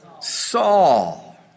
Saul